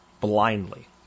blindly